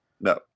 No